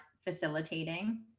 facilitating